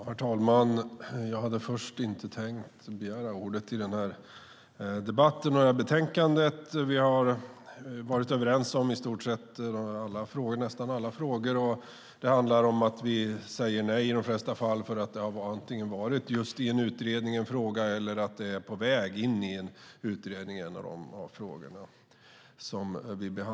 Herr talman! Jag hade inte tänkt begära ordet i denna debatt. Vi har varit överens om nästan alla frågor i betänkandet. Det handlar om att vi i de flesta fall säger nej eftersom en fråga antingen nyligen behandlats i en utredning eller också är på väg in i en utredning.